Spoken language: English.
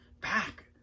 back